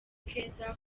keza